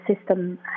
system